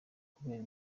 kubera